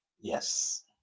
Yes